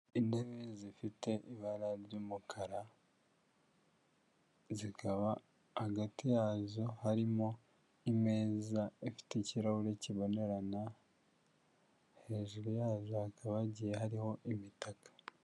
Intebe zifite ibara ry'umukara, zikaba hagati yazo harimo imeza ifite ikirahure kibonerana, hejuru yazo hkaba hagiye hariho imitaka.